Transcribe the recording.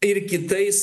ir kitais